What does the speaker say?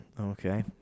okay